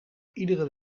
iedere